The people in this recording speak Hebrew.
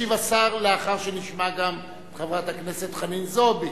ישיב השר לאחר שנשמע גם את חברת הכנסת חנין זועבי,